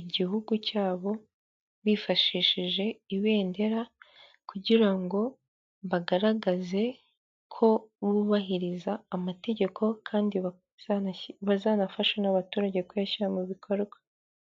igihugu cyabo bifashishije ibendera kugira ngo bagaragaze ko bubahiriza amategeko kandi bazanafasha n'abaturage kuyashyira mu bikorwa.